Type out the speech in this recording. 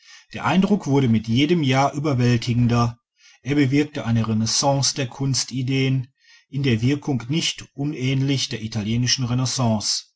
der eindruck wurde mit jedem jahr überwältigender er bewirkte eine renaissance der kunstideen in der wirkung nicht unähnlich der italienischen renaissance